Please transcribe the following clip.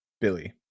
Billy